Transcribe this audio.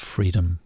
Freedom